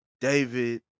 David